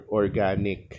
organic